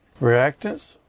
reactants